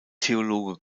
theologe